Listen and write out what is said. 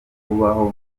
kubaho